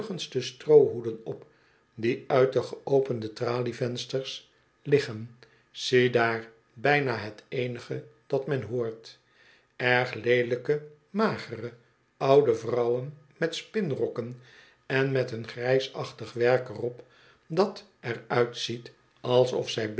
stroohoeden op die uit de geopende tralievensters liggen ziedaar bijna het eenige dat men hoort erg leelijke magere oude vrouwen met spinrokken en met een grijsachtig werk er op dat eruitziet alsof zjy